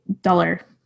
dollar